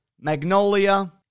Magnolia